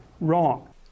wrong